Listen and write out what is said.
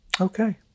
Okay